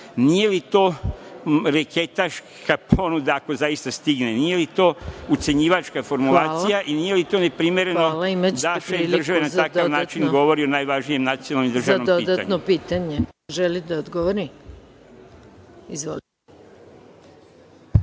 Nije li to reketaška ponuda ako zaista stigne? Nije li to ucenjivačka formulacija i nije li neprimereno da šef države govori na takav način o najvažnijem nacionalnom državnom pitanju?